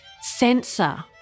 censor